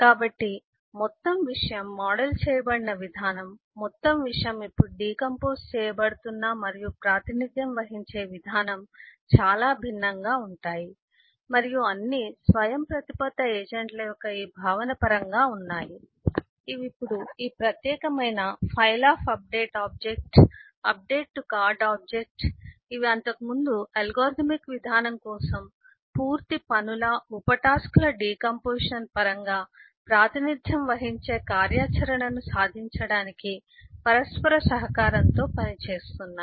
కాబట్టి మొత్తం విషయం మోడల్ చేయబడిన విధానం మొత్తం విషయం ఇప్పుడు డికంపోస్ చేయబడుతున్న మరియు ప్రాతినిధ్యం వహించే విధానం చాలా భిన్నంగా ఉంటాయి మరియు అన్నీ స్వయంప్రతిపత్త ఏజెంట్ల యొక్క ఈ భావన పరంగా ఉన్నాయి ఇవి ఇప్పుడు ఈ ప్రత్యేకమైన file of update object update to card object ఇవి అంతకుముందు అల్గోరిథమిక్ విధానం కోసం పూర్తి పనుల ఉప టాస్క్ల డికాంపొజిషన్ పరంగా ప్రాతినిధ్యం వహించే కార్యాచరణను సాధించడానికి పరస్పర సహకారంతో పనిచేస్తున్నాయి